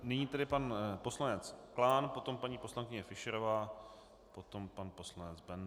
Nyní tedy pan poslanec Klán, potom paní poslankyně Fischerová, potom pan poslance Bendl.